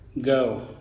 Go